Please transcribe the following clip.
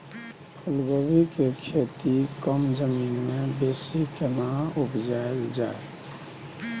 फूलकोबी के खेती कम जमीन मे बेसी केना उपजायल जाय?